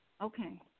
Okay